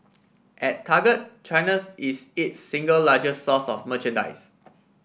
at Target China's is its single largest source of merchandise